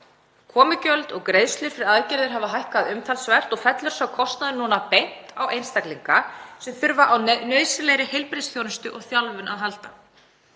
Komugjöld og greiðslur fyrir aðgerðir hafa hækkað umtalsvert og fellur sá kostnaður núna beint á einstaklinga sem þurfa á nauðsynlegri heilbrigðisþjónustu og þjálfun að halda.